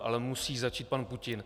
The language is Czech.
Ale musí začít pan Putin.